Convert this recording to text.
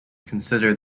considered